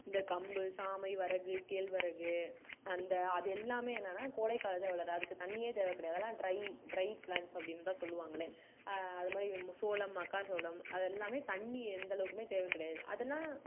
இந்த கம்பு சாமை வரகு கேழ்வரகு அந்த அது எல்லாமே என்னென்னா கோடைக் காலத்தில் வளரும் அதுக்கு தண்ணியே தேவை கிடையாது அதலாம் ட்ரை ட்ரை ப்ளாண்ட்ஸ் அப்படின்னு தான் சொல்வாங்களே அதுமாதிரி மு சோளம் மக்காளச்சோளம் அது எல்லாமே தண்ணி எந்தளவுக்குமே தேவை கிடையாது அதலாம்